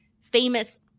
famous